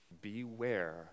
Beware